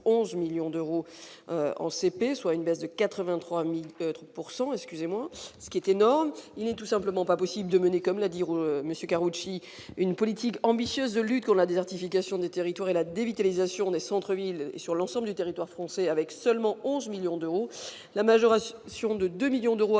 11 millions d'euros en CP, soit une baisse de 83000 pourcent excusez-moi, ce qui est énorme, il est tout simplement pas possible de mener comme la dire monsieur Karoutchi une politique ambitieuse de lutte pour la désertification des territoires et la dévitalisation des centres villes et sur l'ensemble du territoire français, avec seulement 11 millions d'euros, la majoration sur 2 2 millions d'euros,